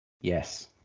yes